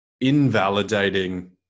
invalidating